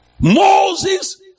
Moses